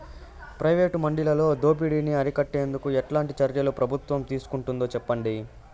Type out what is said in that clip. Private మండీలలో దోపిడీ ని అరికట్టేందుకు ఎట్లాంటి చర్యలు ప్రభుత్వం తీసుకుంటుందో చెప్పండి?